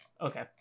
Okay